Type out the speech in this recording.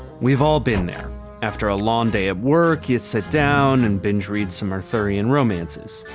we've all been there after a long day at work, you sit down and binge-read some arthurian romances.